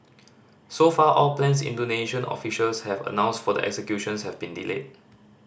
so far all plans Indonesian officials have announced for the executions have been delayed